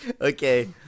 Okay